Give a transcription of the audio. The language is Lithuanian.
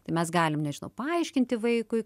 tai mes galim nežinau paaiškinti vaikui